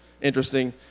interesting